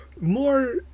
more